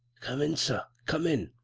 come in, sir, come in,